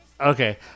Okay